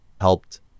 helped